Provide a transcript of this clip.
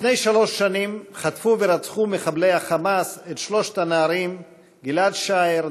לפני שלוש שנים חטפו ורצחו מחבלי ה"חמאס" את שלושת הנערים גיל-עד שער,